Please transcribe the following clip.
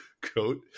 coat